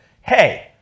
hey